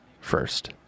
first